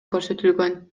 көрсөтүлгөн